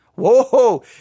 Whoa